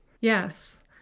Yes